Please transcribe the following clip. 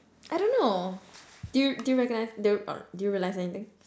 I don't know do you do you recognise do uh do you realize anything